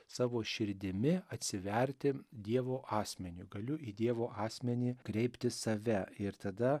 savo širdimi atsiverti dievo asmeniui galiu į dievo asmenį kreipti save ir tada